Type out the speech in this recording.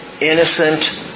innocent